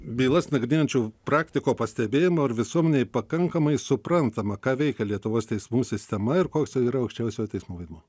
bylas nagrinėjančio praktiko pastebėjimu ar visuomenėj pakankamai suprantama ką veikia lietuvos teismų sistema ir koks yra aukščiausiojo teismo vaidmuo